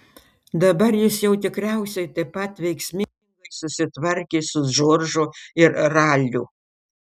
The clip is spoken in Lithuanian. dabar jis jau tikriausiai taip pat veiksmingai susitvarkė su džordžu ir raliu